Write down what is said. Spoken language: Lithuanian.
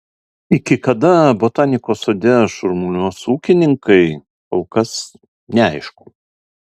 iki kada botanikos sode šurmuliuos ūkininkai kol kas neaišku